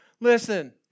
Listen